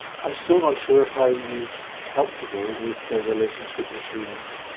i'm still not sure how you help people with their relationship issues,